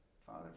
Father